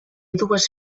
dues